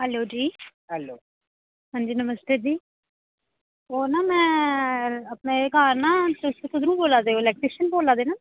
hello जी hello हां जी नमस्ते जी ओह् ना में अपने घार ना तुस कुदरूं बोला देओ तुस इलैक्ट्रेशन बोला दे ना